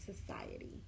society